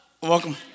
Welcome